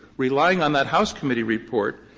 relying on that house committee report,